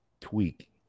tweak